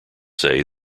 say